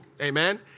amen